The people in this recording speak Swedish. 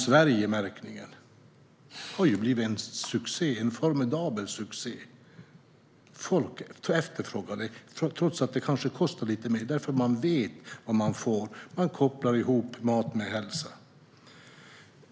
Sverigemärkningen har blivit en formidabel succé. Folk efterfrågar dem, trots att de kanske kostar lite mer, därför att man vet vad man får. Man kopplar ihop mat med hälsa.